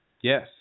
Yes